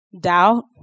doubt